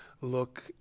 look